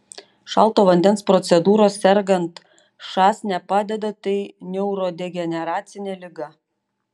šalto vandens procedūros sergant šas nepadeda tai neurodegeneracinė liga